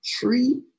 three